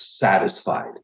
satisfied